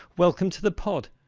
welcome to the pod,